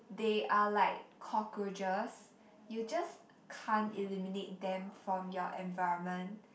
they are like cockroaches you just can't eliminate them from your environment